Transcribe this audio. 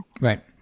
Right